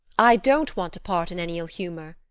i don't want to part in any ill humor,